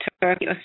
Turkey